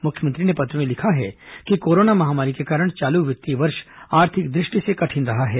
मुख्यमंत्री ने पत्र में लिखा है कि कोरोना महामारी के कारण चालू वित्तीय वर्ष आर्थिक दृष्टि से कठिन रहा है